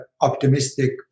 optimistic